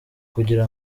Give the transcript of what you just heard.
kugira